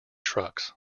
trucks